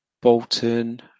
Bolton